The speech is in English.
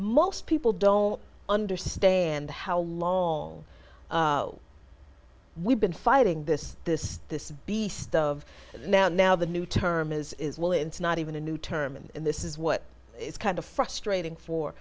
most people don't understand how long we've been fighting this this this beast of now now the new term is well it's not even a new term and this is what it's kind of frustrating for